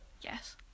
Yes